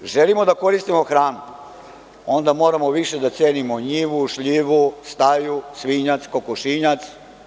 Ukoliko želimo da koristimo hranu, onda moramo više da cenimo njivu, šljivu, staju, svinjac, kokošinjac.